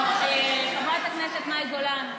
חברת הכנסת מאי גולן,